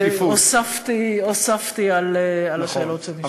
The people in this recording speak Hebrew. כבר הוספתי על השאלות שנשאלו.